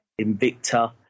Invicta